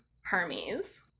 Hermes